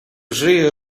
żyje